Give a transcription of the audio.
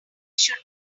should